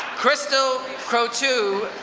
crystal crotu,